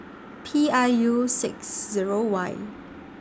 P I U six Zero Y